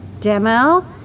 demo